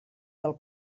del